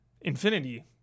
infinity